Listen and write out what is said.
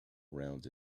around